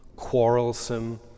quarrelsome